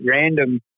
random